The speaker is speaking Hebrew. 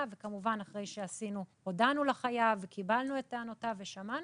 וכמובן אחרי שהודענו לחייב וקיבלנו את טענותיו ושמענו.